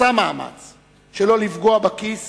שלא לפגוע בכיס